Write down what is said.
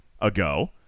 ago